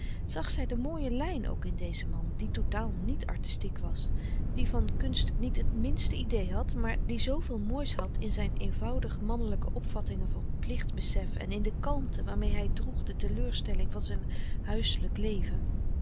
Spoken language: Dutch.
zag zij de mooie lijn ook in dezen man die totaal niet artistiek was die van kunst niet het minste idee had maar die zoo veel moois had in zijn eenvoudig mannelijke opvattingen van plichtbesef en in de kalmte waarmeê hij droeg de teleurstelling van zijn huiselijk leven